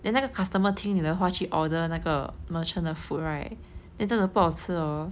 then 那个 customer 听你的话去 order 那个 merchant 的 food right then 真的不好吃 hor